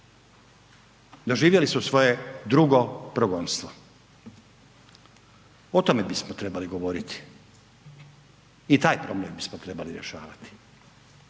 Doživjeli su svoje drugo progonstvo. O tome bismo trebali govoriti i taj problem bismo trebali rješavati.